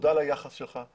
תודה על היחס שלך,